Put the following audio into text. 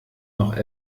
noch